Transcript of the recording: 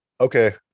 Okay